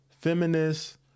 feminist